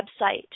website